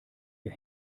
ihr